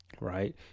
Right